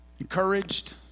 encouraged